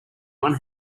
one